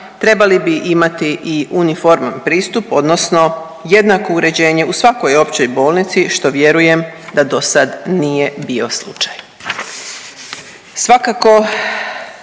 trebali bi imati i uniforman pristup odnosno jednako uređenje u svakoj općoj bolnici što vjerujem da dosad nije bio slučaj.